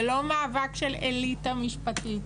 זה לא מאבק של אליטה משפטית,